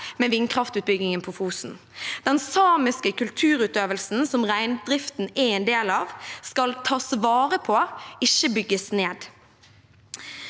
med vindkraftutbyggingen på Fosen. Den samiske kulturutøvelsen, som reindriften er en del av, skal tas vare på, ikke bygges ned.